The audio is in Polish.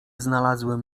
znalazłem